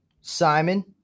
Simon